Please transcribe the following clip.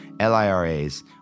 LIRAs